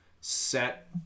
set